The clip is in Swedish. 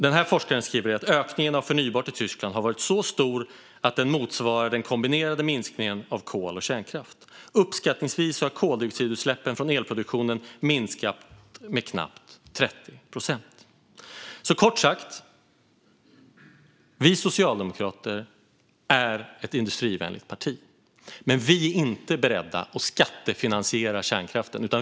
Den här forskaren skriver om Tyskland: "Ökningen av förnybart har varit så stor att den faktiskt motsvarar den kombinerade minskningen av kol och kärnkraft. Uppskattningsvis har koldioxidutsläppen från elproduktionen minskat med knappt 30 procent." Kort sagt: Vi socialdemokrater är ett industrivänligt parti. Men vi är inte beredda att skattefinansiera kärnkraften.